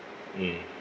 mm